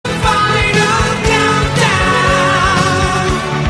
♫ FINAL COUNTDOWN ♫